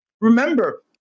remember